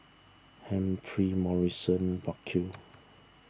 Humphrey Morrison Burkill